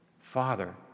Father